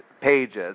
pages